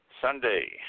Sunday